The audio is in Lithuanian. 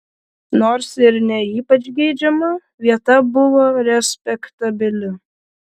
nors ir ne ypač geidžiama vieta buvo respektabili